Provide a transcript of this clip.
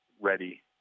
ready